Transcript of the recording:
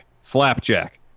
Slapjack